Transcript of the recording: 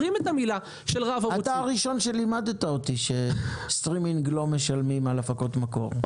אתה הראשון שלימדת אותי שבסטרימינג לא משלמים על הפקות מקור,